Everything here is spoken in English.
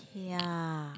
ya